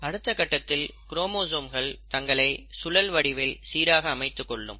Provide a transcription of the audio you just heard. அடுத்த கட்டத்தில் குரோமோசோம்கள் தங்களை சுழல் வடிவில் சீராக அமைத்துக் கொள்ளும்